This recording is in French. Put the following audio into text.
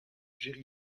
jerry